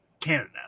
Canada